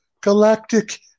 galactic